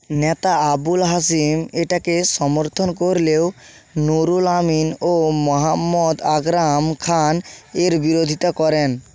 নেতা আবুল হাশিম এটাকে সমর্থন করলেও নুরুল আমিন ও মোহাম্মদ আকরম খান এর বিরোধিতা করেন